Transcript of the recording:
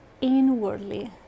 inwardly